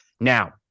Now